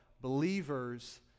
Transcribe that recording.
believers